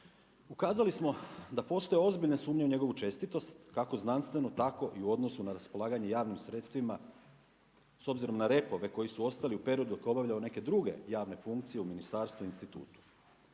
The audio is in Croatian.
Ukazali smo da postoje ozbiljne sumnje u njegovu čestitost kako znanstvenu tako i u odnosu na raspolaganje javnim sredstvima s obzirom na repove koji su ostali u periodu kada je obavljao neke druge javne funkcije u ministarstvu i institutu.